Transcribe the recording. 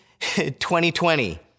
2020